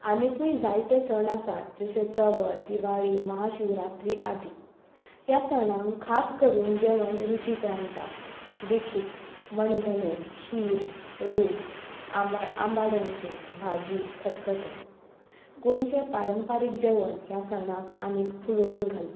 आनिकूय जायते सण आसा जशे चवथ दिवाळी महाशिवरात्री आदी ह्या सणांक खास करून जेवण रुचीक रांदता देखीक मणगणें खीर रोस आमा आमाड्यांचें भाजी शीत खतखतें गोंयचें पारंपारीक जेवण ह्या सणाक आनीक फुलोवन घालता